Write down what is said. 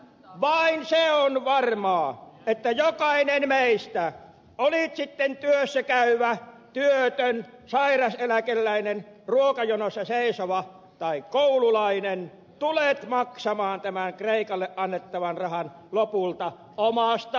vain se on varmaa että jokainen meistä olit sitten työssä käyvä työtön sairauseläkeläinen ruokajonossa seisova tai koululainen tulet maksamaan tämän kreikalle annettavan rahan lopulta omasta pussistasi